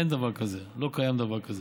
אין דבר כזה, לא קיים דבר כזה.